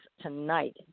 tonight